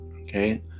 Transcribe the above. Okay